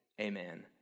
amen